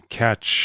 catch